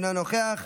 אינו נוכח,